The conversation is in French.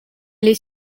les